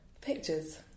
Pictures